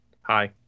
hi